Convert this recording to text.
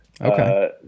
Okay